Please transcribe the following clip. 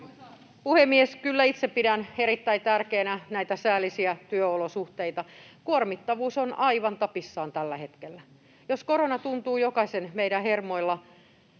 puhemies! Kyllä itse pidän erittäin tärkeänä näitä säällisiä työolosuhteita. Kuormittavuus on aivan tapissaan tällä hetkellä. Jos korona tuntuu jokaisen meidän hermoilla,